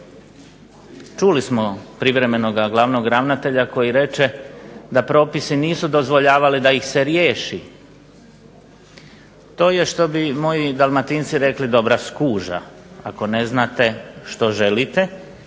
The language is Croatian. Čuli smo privremenog glavnog ravnatelja koji reče da propisi nisu dozvoljavali da ih se riješi. To je što bi moji Dalmatinci rekli dobra skuža, ako ne znate što želite